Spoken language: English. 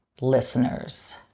listeners